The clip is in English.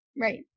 Right